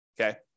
okay